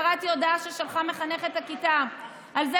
קראתי הודעה ששלחה מחנכת הכיתה על זה